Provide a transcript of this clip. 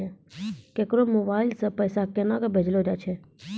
केकरो मोबाइल सऽ पैसा केनक भेजलो जाय छै?